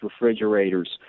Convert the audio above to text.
refrigerators